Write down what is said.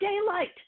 daylight